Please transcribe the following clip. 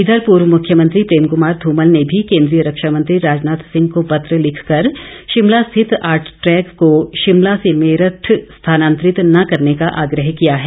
इधर पूर्व मुख्यमंत्री प्रेम क्मार ध्रमल ने भी केंद्रीय रक्षामंत्री राजनाथ सिंह को पत्र लिखकर शिमला स्थित आरट्रेक को शिमला से मेरठ स्थानांतरित न करने का आग्रह किया है